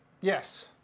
Yes